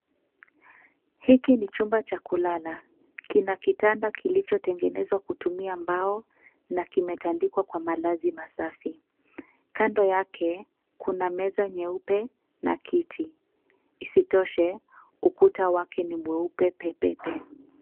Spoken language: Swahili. Hiki ni chumba cha kulala kina kitanda kilicho tengenezwa kutumia mbao na kimeandikwa kwa malazi masafi. Kando yake kuna meza nyeupe na kiti, isitoshe ukuta wake ni mweupe pepe.